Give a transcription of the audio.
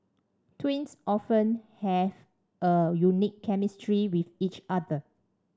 twins often have a unique chemistry with each other